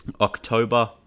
October